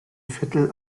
viertel